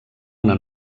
una